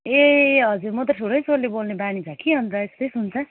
ए हजुर म त ठुलै स्वरले बोल्ने बानी छ कि अन्त यस्तै सुन्छ